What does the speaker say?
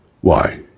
Why